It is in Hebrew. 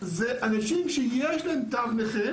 אלה אנשים שיש להם תו נכה